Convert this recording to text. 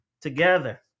together